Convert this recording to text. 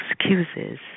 excuses